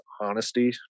honesty